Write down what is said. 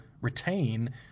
retain